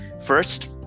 first